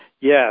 Yes